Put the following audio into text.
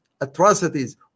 atrocities